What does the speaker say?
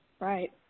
Right